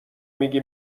میگی